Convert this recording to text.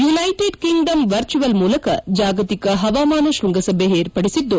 united Kingdom virtual ಮೂಲಕ ಜಾಗತಿಕ ಹವಾಮಾನ ಶೃಂಗಸಭೆ ಏರ್ಪಡಿಸಿದ್ದು